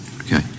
Okay